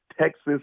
Texas